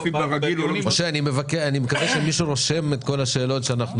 אני מקווה שמישהו רושם את כל השאלות שאנחנו